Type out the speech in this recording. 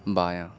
بایاں